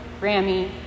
Grammy